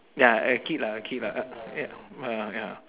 ya a kid lah a kid lah uh ya